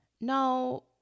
Now